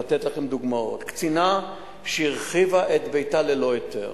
לתת לכם דוגמאות: קצינה שהרחיבה את ביתה ללא היתר.